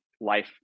life